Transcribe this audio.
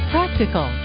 Practical